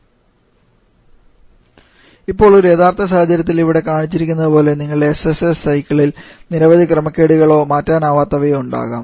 Refer Slide Time 3818 ഇപ്പോൾ ഒരു യഥാർത്ഥ സാഹചര്യത്തിൽ ഇവിടെ കാണിച്ചിരിക്കുന്നതുപോലെ നിങ്ങളുടെ SSS സൈക്കിളിൽ നിരവധി ക്രമക്കേടുകളോ മാറ്റാനാവാത്തവയോ ഉണ്ടാകാം